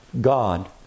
God